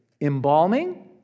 Embalming